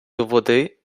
води